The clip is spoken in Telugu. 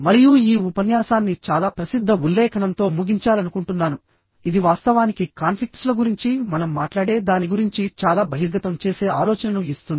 మరియు ఈ ఉపన్యాసాన్ని చాలా ప్రసిద్ధ ఉల్లేఖనంతో ముగించాలనుకుంటున్నాను ఇది వాస్తవానికి కాన్ఫ్లిక్ట్స్ ల గురించి మనం మాట్లాడే దాని గురించి చాలా బహిర్గతం చేసే ఆలోచనను ఇస్తుంది